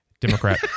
Democrat